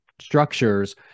structures